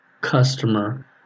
customer